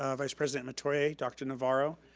um vice president metoyer, dr. navarro,